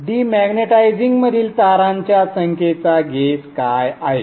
डिमॅग्नेटाइझिंगमधील तारांच्या संख्येचा गेज काय आहे